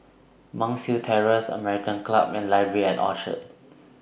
Monk's Hill Terrace American Club and Library At Orchard